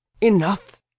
enough